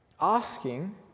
Asking